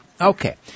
Okay